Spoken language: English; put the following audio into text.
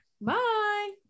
Bye